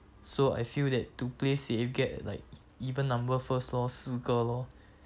so I feel that to play safe you get like even number first lor 四个 lor